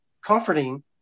comforting